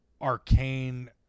arcane